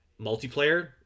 multiplayer